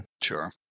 Sure